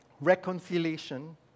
reconciliation